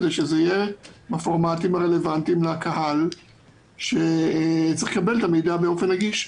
שזה יהיה בפורמטים הרלוונטיים לקהל שצריך לקבל את המידע באופן נגיש.